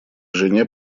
жене